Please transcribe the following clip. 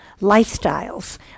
lifestyles